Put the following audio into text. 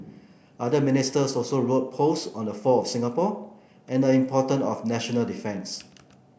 other Ministers also wrote posts on the fall of Singapore and importance of national defence